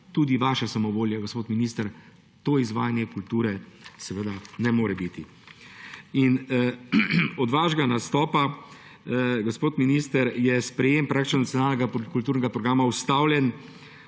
Tudi vaša samovolja, gospod minister, to izvajanje kulture seveda ne more biti. Od vašega nastopa, gospod minister, je sprejetje nacionalnega kulturnega programa ustavljeno